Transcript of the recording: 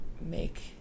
Make